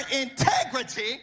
integrity